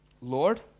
Lord